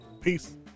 Peace